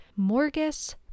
Morgus